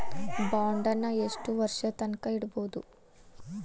ಬಾಂಡನ್ನ ಯೆಷ್ಟ್ ವರ್ಷದ್ ತನ್ಕಾ ಇಡ್ಬೊದು?